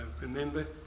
remember